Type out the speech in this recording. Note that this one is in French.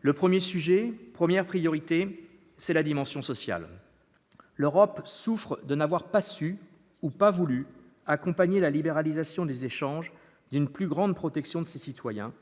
Le premier sujet, la priorité, c'est la dimension sociale. L'Europe souffre de n'avoir pas su ou pas voulu accompagner la libéralisation des échanges d'une plus grande protection de ses citoyens,